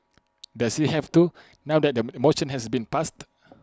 does he have to now that the motion has been passed